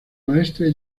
maestre